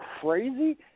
crazy